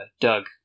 Doug